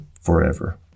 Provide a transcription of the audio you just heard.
forever